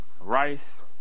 Rice